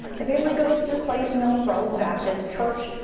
the family goes to clays mill road baptist church.